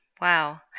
Wow